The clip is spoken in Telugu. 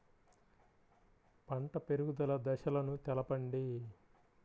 పంట పెరుగుదల దశలను తెలపండి?